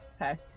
okay